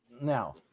now